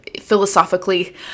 Philosophically